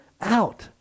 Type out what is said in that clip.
out